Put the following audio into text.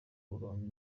rwanda